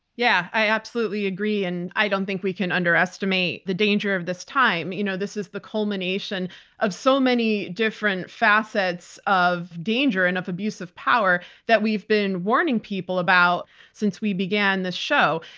yeah, i absolutely agree and i don't think we can underestimate the danger of this time. you know this is the culmination of so many different facets of danger, enough abuse of power that we've been warning people about since we began this show.